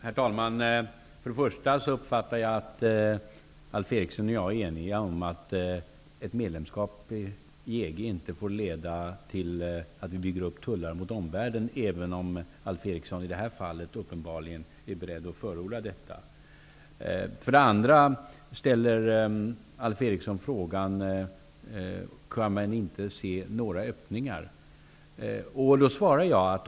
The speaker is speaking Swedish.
Herr talman! För det första uppfattar jag att Alf Eriksson och jag är eniga om att ett medlemskap i EG inte får leda till att vi bygger upp tullar mot omvärlden, även om Alf Eriksson i det här fallet uppenbarligen är beredd att förorda detta. För det andra ställer Alf Eriksson frågan om man inte kan se några öppningar.